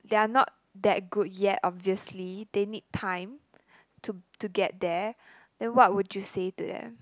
they're not that good yet obviously they need time to to get there then what would you say to them